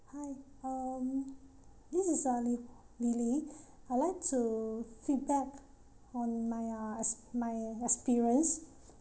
hi um this is uh li~ lily I'd like to feedback on my uh ex~ my experience